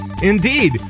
indeed